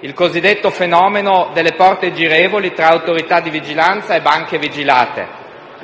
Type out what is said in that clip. il cosiddetto fenomeno delle porte girevoli tra autorità di vigilanza e banche vigilate.